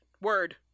word